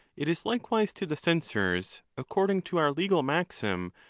it is likewise to the censors, according to our legal maxim,